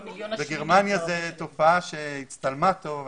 בגרמניה זו תופעה שהצטלמה טוב,